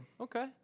okay